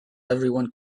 everyone